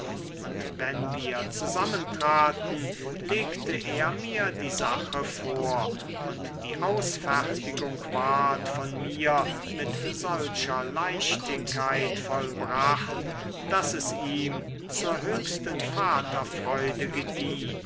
und wenn wir zusammentraten legte er mir die sache vor und die ausfertigung ward von mir mit solcher leichtigkeit vollbracht daß es ihm zur höchsten vaterfreude gedieh